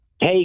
Hey